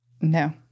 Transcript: No